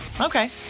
Okay